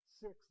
six